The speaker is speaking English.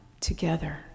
together